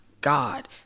God